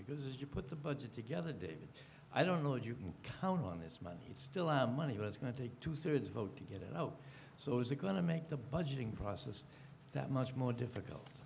because to put the budget together david i don't know if you can count on this money it's still our money was going to take two thirds vote to get it out so is it going to make the budgeting process that much more difficult